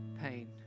pain